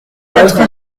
quatre